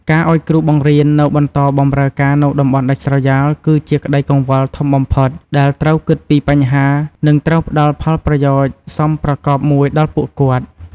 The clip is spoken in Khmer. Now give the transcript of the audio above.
ការឱ្យគ្រូបង្រៀននៅបន្តបម្រើការនៅតំបន់ដាច់ស្រយាល គឺជាក្តីកង្វល់ធំបំផុត ដែលត្រូវគិតពីបញ្ហានិងត្រូវផ្តល់ផលប្រយោជន៍សមប្រកបមួយដល់ពួកគាត់។